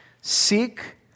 Seek